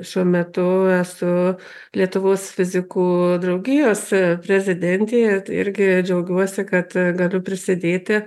šiuo metu esu lietuvos fizikų draugijos prezidentė irgi džiaugiuosi kad galiu prisidėti